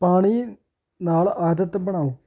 ਪਾਣੀ ਨਾਲ ਆਦਤ ਬਣਾਓ